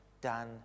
done